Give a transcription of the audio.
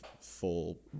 full